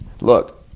Look